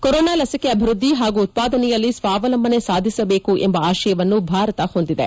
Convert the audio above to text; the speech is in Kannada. ಕೊರೋನಾ ಲಸಿಕೆ ಅಭಿವೃದ್ದಿ ಹಾಗೂ ಉತ್ಪಾದನೆಯಲ್ಲಿ ಸ್ವಾವಲಂಬನೆ ಸಾಧಿಸಬೇಕು ಎಂಬ ಆಶಯವನ್ನು ಭಾರತ ಹೊಂದಿದೆ